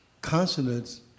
consonants